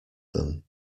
them